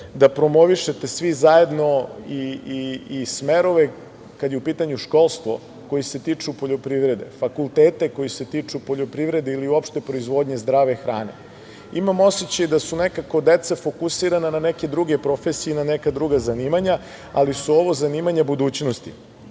da promovišete svi zajedno i smerove kada je u pitanju školstvo koji se tiču poljoprivrede, fakultete koji se tiču poljoprivrede ili uopšte proizvodnje zdrave hrane. Imam osećaj da su nekako deca fokusirana na neke druge profesije i na neka druga zanimanja, ali su ovo zanimanja budućnosti. Naravno,